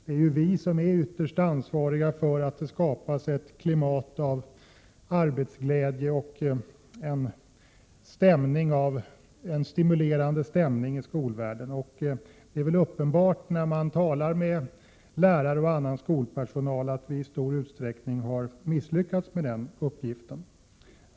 Det är ju vi som är ytterst ansvariga för att det skapas ett klimat av arbetsglädje och stimulerande stämning i skolvärlden. När man talar med lärare och annan skolpersonal är det uppenbart att vi i stor utsträckning har misslyckats med denna uppgift.